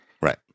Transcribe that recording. Right